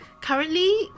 Currently